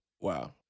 Wow